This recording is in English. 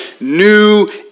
new